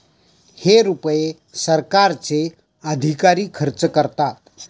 हे रुपये सरकारचे अधिकारी खर्च करतात